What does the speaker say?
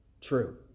true